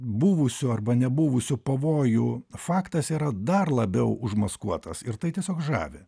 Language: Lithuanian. buvusių arba nebuvusių pavojų faktas yra dar labiau užmaskuotas ir tai tiesiog žavi